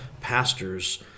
pastors